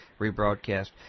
rebroadcast